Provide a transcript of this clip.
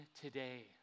today